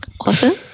awesome